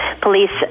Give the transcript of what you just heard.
police